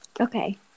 Okay